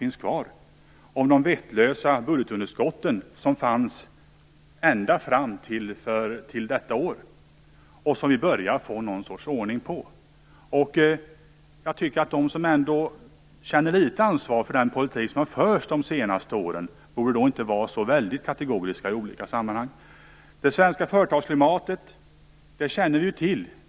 Känner hon inte till de vettlösa budgetunderskott som fanns ända fram till detta år, och som vi börjar få någon sorts ordning på? Jag tycker att de som känner litet ansvar för den politik som har förts under de senaste åren inte borde vara så väldigt kategoriska i olika sammanhang. Det svenska företagsklimatet känner vi till.